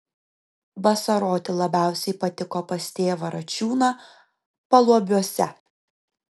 vasaroti labiausiai patiko pas tėvą račiūną paluobiuose